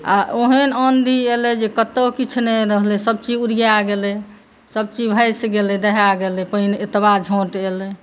आ ओहन आँधी अयलै जे एतऽ किछु नहि रहलै सभ किछु उड़िया गेलै सभ चीज भसि गेलै दहा गेलै पानि एतबा झौट अयलै